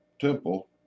temple